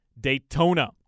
Daytona